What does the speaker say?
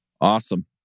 Awesome